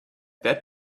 that